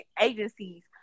agencies